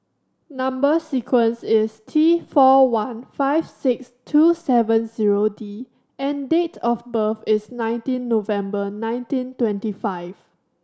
number sequence is T four one five six two seven zero D and date of birth is nineteen November nineteen twenty five